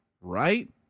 right